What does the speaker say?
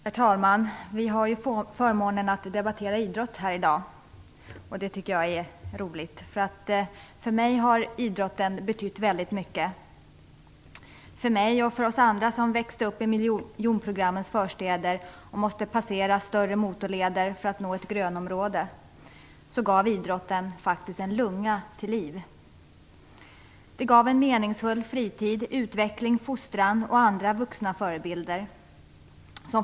Herr talman! Vi har i dag förmånen att debattera idrott. Det tycker jag är roligt. För mig har idrotten nämligen betytt väldigt mycket. Mig och andra som växte upp i miljonprogrammets förstäder och som måste passera större motorleder för att nå ett grönområde gav idrotten faktiskt en lunga till liv. Idrotten gav en meningsfull fritid, utveckling, fostran och andra vuxna förebilder.